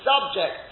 subject